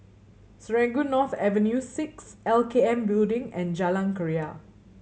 Serangoon North Avenue Six L K N Building and Jalan Keria